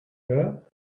her